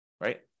right